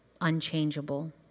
unchangeable